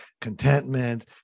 contentment